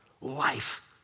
Life